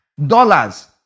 Dollars